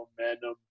momentum